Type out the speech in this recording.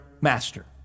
master